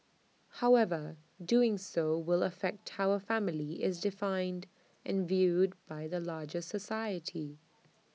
however doing so will affect how A family is defined and viewed by the larger society